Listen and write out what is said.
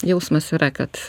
jausmas yra kad